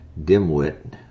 Dimwit